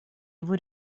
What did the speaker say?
его